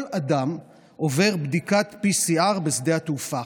כל אדם, עובר בדיקת PCR בשדה התעופה.